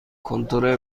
کنتور